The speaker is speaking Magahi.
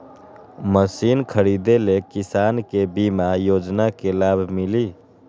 मशीन खरीदे ले किसान के बीमा योजना के लाभ मिली?